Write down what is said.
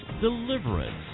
deliverance